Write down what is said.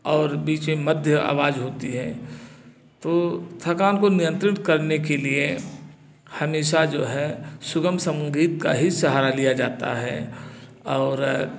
और बीच में मध्य आवाज होती है तो थकान को नियंत्रित करने के लिए हमेशा जो है सुगम संगीत का ही सहारा लिया जाता है और